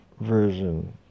version